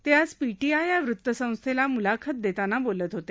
ते आज पीटीआय या वृत्तसंस्थेला मुलाखत देताना बोलत होते